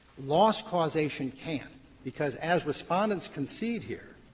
loss causation can't because, as respondents concede here,